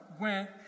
went